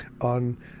on